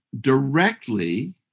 directly